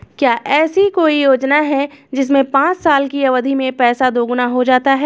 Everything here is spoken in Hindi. क्या ऐसी कोई योजना है जिसमें पाँच साल की अवधि में पैसा दोगुना हो जाता है?